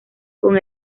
con